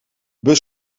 bus